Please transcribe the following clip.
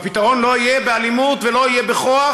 והפתרון לא יהיה באלימות ולא יהיה בכוח,